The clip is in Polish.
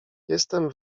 jestem